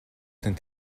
тань